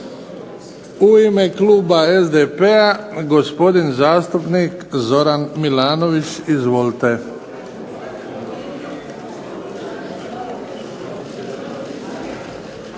U ime kluba SDP-a gospodin zastupnik Zoran Milanović. Izvolite.